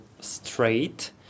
straight